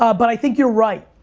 um but i think you're right.